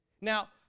Now